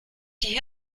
die